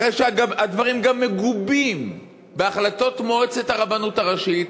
אחרי שהדברים גם מגובים בהחלטות מועצת הרבנות הראשית,